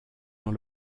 dans